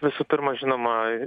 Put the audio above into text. visų pirma žinoma